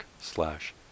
slash